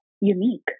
unique